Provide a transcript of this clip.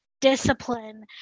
discipline